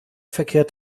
verkehrt